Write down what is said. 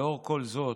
לאור כל זאת,